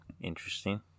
Interesting